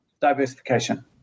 diversification